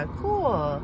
cool